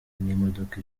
n’imodoka